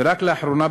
ורק לאחרונה,